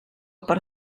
per